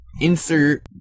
Insert